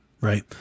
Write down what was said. right